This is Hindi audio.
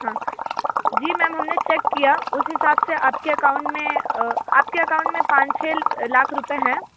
हाँ जी मैम हमने चेक किया उस हिसाब से आपके अकाउंट में आपके अकाउंट में पाँच छः छः रुपए है